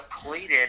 depleted